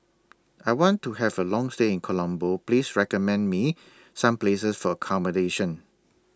I want to Have A Long stay in Colombo Please recommend Me Some Places For accommodation